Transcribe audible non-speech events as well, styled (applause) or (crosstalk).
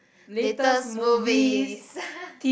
latest movies (laughs)